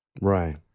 right